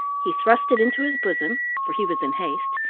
he thrust it into his bosom, for he was in haste,